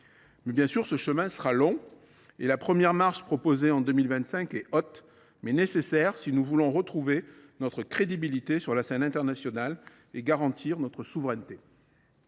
Bien sûr, ce chemin sera long. La première marche proposée en 2025 est haute, mais nécessaire si nous voulons retrouver notre crédibilité sur la scène internationale et garantir notre souveraineté.